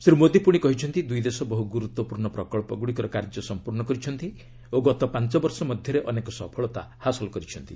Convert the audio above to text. ଶ୍ରୀ ମୋଦୀ ପୁଣି କହିଛନ୍ତି ଦୁଇ ଦେଶ ବହୁ ଗୁରୁତ୍ୱପୂର୍ଣ୍ଣ ପ୍ରକଳ୍ପଗୁଡ଼ିକର କାର୍ଯ୍ୟ ସମ୍ପୂର୍ଣ୍ଣ କରିଛନ୍ତି ଓ ଗତ ପାଞ୍ଚବର୍ଷ ମଧ୍ୟରେ ଅନେକ ସଫଳତା ହାସଲ କରିଛନ୍ତି